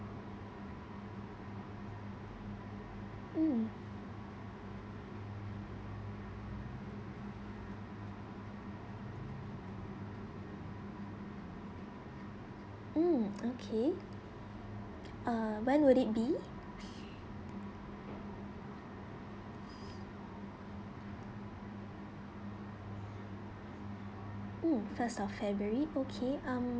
mm mm okay uh when would it be mm first of february um